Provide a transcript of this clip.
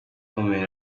ukomeye